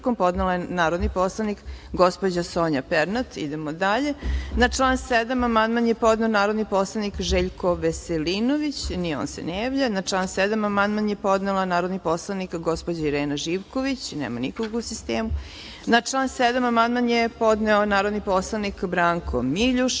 podnela je narodni poslanik gospođa Sonja Pernat. Idemo dalje. Na član 7. amandman je podneo narodni poslanik Željko Veselinović. Ni on se ne javlja. Na član 7. amandman je podnela narodni poslanik gospođa Irena Živković. Nema nikog u sistemu. Na član 7. amandman je podneo narodni poslanik Branko Miljuš. Na